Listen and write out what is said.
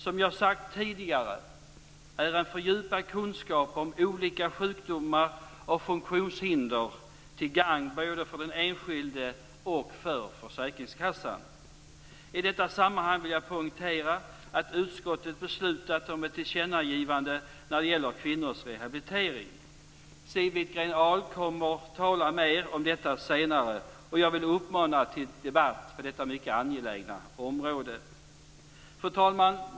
Som jag sagt tidigare är en fördjupad kunskap om olika sjukdomar och funktionshinder till gagn både för den enskilde och för försäkringskassan. I detta sammanhang vill jag poängtera att utskottet beslutat om ett tillkännagivande när det gäller kvinnors rehabilitering. Siw Wittgren-Ahl kommer att tala mer om detta senare. Och jag vill uppmana till debatt på detta mycket angelägna område. Fru talman!